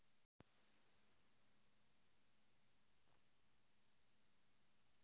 চা হারভেস্ট হাতে করে তুলে করা হয় যেগুলো চা বাগানে হয়